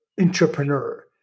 entrepreneur